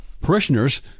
parishioners